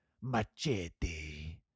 Machete